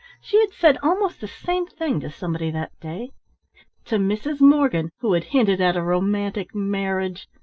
she had said almost the same thing to somebody that day to mrs. morgan, who had hinted at a romantic marriage.